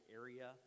area